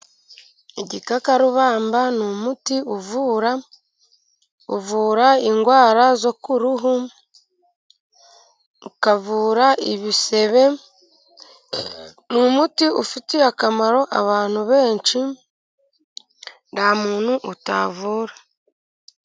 Igikakarubamba ni umuti uvura, uvura indwara zo ku ruhu, ukavura ibisebe, ni umuti ufitiye akamaro abantu benshi nta muntu utavura.